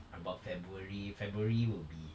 about february february will be